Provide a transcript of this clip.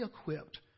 equipped